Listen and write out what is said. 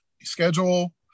schedule